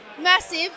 massive